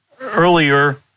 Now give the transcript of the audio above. earlier